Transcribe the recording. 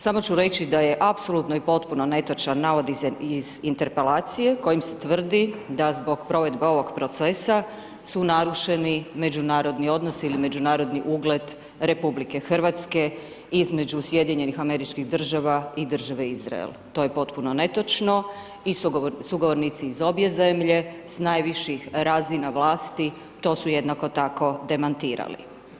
Samo ću reći, da je apsolutno i potpuno netočan, navodi se iz interpelacije, kojim se tvrdi, da zbog provedbe ovog procesa su narušeni međunarodni odnosi ili međunarodni ugled Republike Hrvatske između Sjedinjenih Američkih Država i države Izrael, to je potpuno netočno i sugovornici iz obje zemlje, s najviših razina vlasti to su jednako tako demantirali.